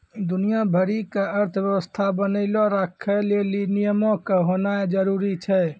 दुनिया भरि के अर्थव्यवस्था बनैलो राखै लेली नियमो के होनाए जरुरी छै